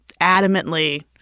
adamantly